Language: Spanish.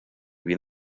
bien